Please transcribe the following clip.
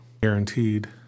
guaranteed